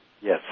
yes